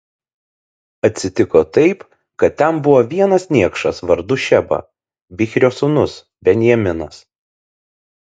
atsitiko taip kad ten buvo vienas niekšas vardu šeba bichrio sūnus benjaminas